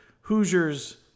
Hoosiers